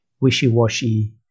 wishy-washy